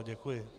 Děkuji.